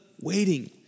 waiting